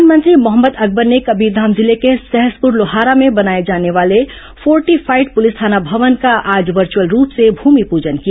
one मंत्री मोहम्मद अकबर ने कबीरधाम जिले के सहसपुर लोहारा में बनाए जाने वाले फोर्टिफाइड पुलिस थाना भवन का आज वर्चअल रूप से भूमिपजन किया